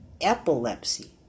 epilepsy